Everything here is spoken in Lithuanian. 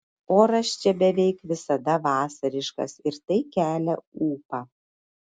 oras čia beveik visada vasariškas ir tai kelia ūpą